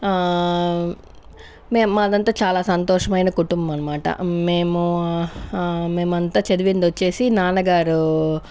మే మాదంతా చాలా సంతోషమైన కుటుంబం అన్నమాట మేము మేమంత చదివిందొచ్చేసి నాన్నగారు